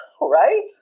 Right